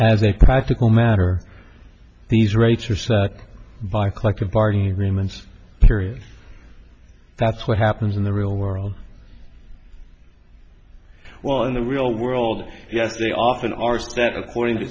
as a practical matter these rates are set by collective bargaining agreements period that's what happens in the real world well in the real world yes we often are set according to